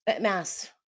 mass